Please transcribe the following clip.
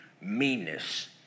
meanness